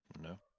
No